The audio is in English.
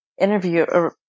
interview